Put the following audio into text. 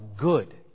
good